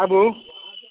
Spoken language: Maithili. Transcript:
आबु